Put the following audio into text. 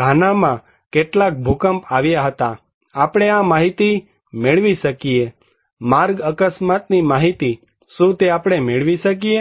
ઘાનામાં કેટલાક ભૂકંપ આવ્યા હતા આપણે આ માહિતી મેળવી શકીએ માર્ગ અકસ્માતની માહિતી શું તે આપણે મેળવી શકીએ